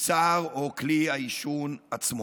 המוצר או כלי העישון עצמו,